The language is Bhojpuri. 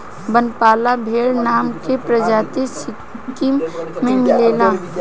बनपाला भेड़ नाम के प्रजाति सिक्किम में मिलेले